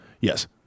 yes